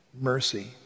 mercy